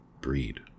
breed